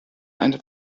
eine